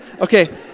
Okay